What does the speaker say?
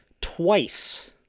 twice